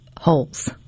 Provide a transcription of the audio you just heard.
holes